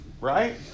Right